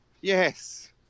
yes